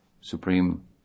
supreme